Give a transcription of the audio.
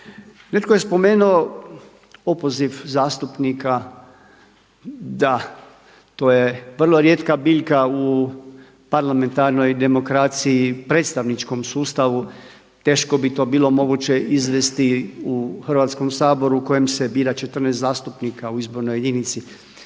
Netko je spomenuo opoziv zastupnika, da, to je vrlo rijetka biljka u parlamentarnoj demokraciji, predstavničkom sustavu, teško bi to bilo moguće izvesti u Hrvatskom saboru u kojem se bira 14 zastupnika u izbornoj jedinici.